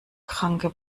kranke